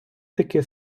таки